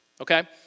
okay